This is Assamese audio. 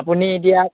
আপুনি এতিয়া